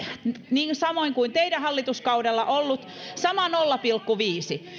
sama kuin teidän hallituskaudellanne ollut nolla pilkku viisi